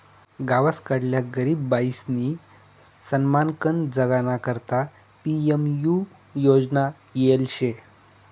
गावसकडल्या गरीब बायीसनी सन्मानकन जगाना करता पी.एम.यु योजना येल शे